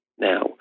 Now